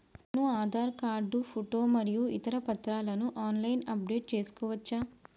నేను Aadhaar card photo మరియు ఇతర పత్రాలను ఆన్ లైన్ అప్ డెట్ చేసుకోవచ్చా?